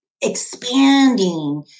expanding